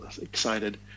excited